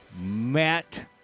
Matt